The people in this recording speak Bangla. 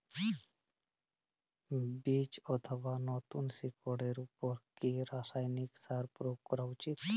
বীজ অথবা নতুন শিকড় এর উপর কি রাসায়ানিক সার প্রয়োগ করা উচিৎ?